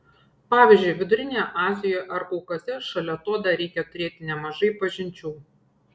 pavyzdžiui vidurinėje azijoje ar kaukaze šalia to dar reikia turėti nemažai pažinčių